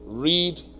Read